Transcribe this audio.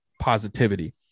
positivity